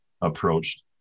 approached